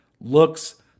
looks